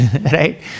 right